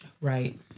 Right